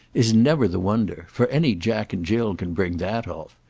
is never the wonder for any jack and jill can bring that off.